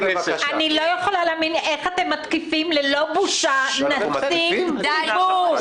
אני לא יכולה להאמין איך אתם מתקיפים ללא בושה נציג ציבור.